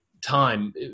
time